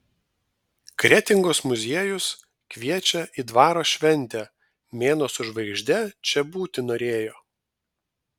kretingos muziejus kviečia į dvaro šventę mėnuo su žvaigžde čia būti norėjo